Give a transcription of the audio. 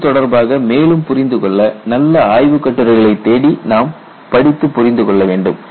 இது தொடர்பாக மேலும் புரிந்துகொள்ள நல்ல ஆய்வுக் கட்டுரைகளை தேடி நாம் படித்து புரிந்து கொள்ள வேண்டும்